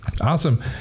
Awesome